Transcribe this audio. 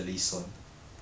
too damn hard don't work